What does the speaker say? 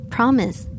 Promise